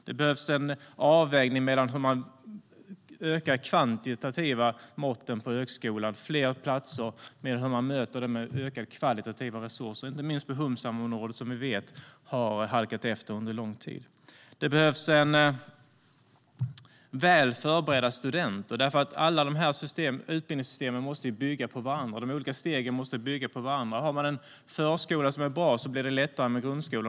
Det behövs en avvägning mellan hur man ökar de kvantitativa måtten på högskolan - fler platser - och hur man möter detta med ökade kvalitativa resurser. Det gäller inte minst humsamområdet, som vi vet har halkat efter under lång tid. Det behövs väl förberedda studenter. Alla dessa utbildningssystem måste bygga på varandra. De olika stegen måste bygga på varandra. Om man har en förskola som är bra blir det lättare med grundskola.